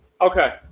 Okay